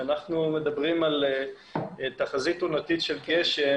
כשאנחנו מדברים על תחזית עונתית של גשם,